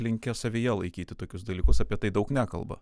linkę savyje laikyti tokius dalykus apie tai daug nekalba